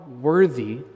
worthy